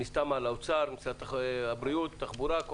מן הסתם לאוצר, למשרד הבריאות, התחבורה.